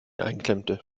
einklemmte